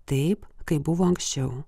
taip kaip buvo anksčiau